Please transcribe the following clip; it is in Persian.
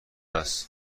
است